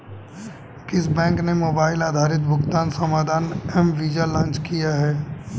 किस बैंक ने मोबाइल आधारित भुगतान समाधान एम वीज़ा लॉन्च किया है?